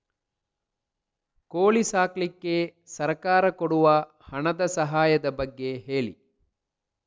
ಕೋಳಿ ಸಾಕ್ಲಿಕ್ಕೆ ಸರ್ಕಾರ ಕೊಡುವ ಹಣದ ಸಹಾಯದ ಬಗ್ಗೆ ಹೇಳಿ